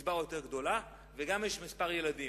קצבה יותר גדולה, ויש גם התחשבות במספר הילדים.